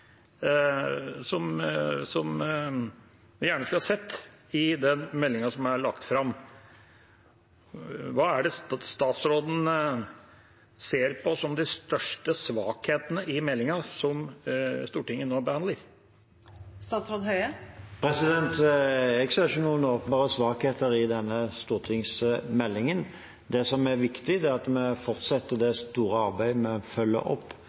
som jeg gjerne skulle ha sett i den meldinga som er lagt fram. Hva er det statsråden ser på som de største svakhetene i meldinga som Stortinget nå behandler? Jeg ser ikke noen åpenbare svakheter i denne stortingsmeldingen. Det som er viktig, er at vi fortsetter det store arbeidet med å følge opp